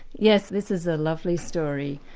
yes, this is a lovely story.